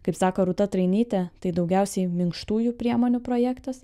kaip sako rūta trainytė tai daugiausiai minkštųjų priemonių projektas